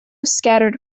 scattered